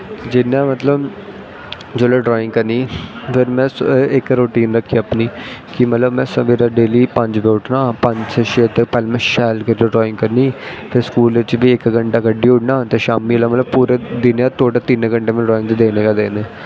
जियां मतलव जिसलै ड्राईंग करनी फिर में इक रोटिन रक्खी अपनी कि सवेरें में डेल्ली पंज बज़े उट्ठनां छे बज़े तक में शै करियै ड्राईंग करनीं ते स्कूल बी इक घैंटा कड्ढी ओड़नां ते शामी मतलव दिन ते तिन्न घैंटे में ड्राईंग गी देने गै देने